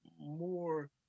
more